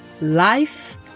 life